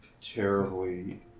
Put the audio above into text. terribly